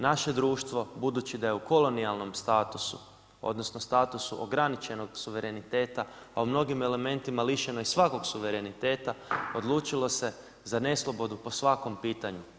Naše društvo budući da je u kolonijalnom statusu, odnosno statusu ograničenog suvereniteta, a u mnogim elementima lišeno i svakog suvereniteta odlučilo se za neslobodu po svakom pitanju.